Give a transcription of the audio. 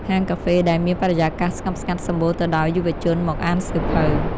ហាងកាហ្វេដែលមានបរិយាកាសស្ងប់ស្ងាត់សម្បូរទៅដោយយុវជនមកអានសៀវភៅ។